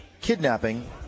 kidnapping